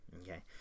Okay